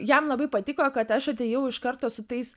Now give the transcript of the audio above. jam labai patiko kad aš atėjau iš karto su tais